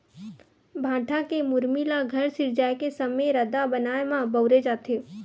भाठा के मुरमी ल घर सिरजाए के समे रद्दा बनाए म बउरे जाथे